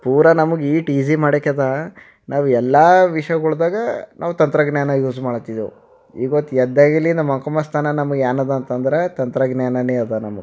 ಪೂರ ನಮಗೆ ಈಟು ಈಸಿ ಮಾಡಾಕ್ಯದ ನಾವು ಎಲ್ಲಾ ವಿಷ್ಯಗಳ್ದಾಗ ನಾವು ತಂತ್ರಜ್ಞಾನ ಯೂಸ್ ಮಾಡತ್ತಿದ್ದೆವು ಇವತ್ತು ಎದ್ದಾಗಲಿ ನಾ ಮಕ್ಕೊಂಬಸ್ಥನ ನಮಗೆ ಏನದ ಅಂತಂದ್ರೆ ತಂತ್ರಜ್ಞಾನನೇ ಅದ ನಮಗೆ